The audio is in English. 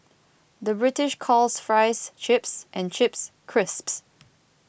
the British calls Fries Chips and Chips Crisps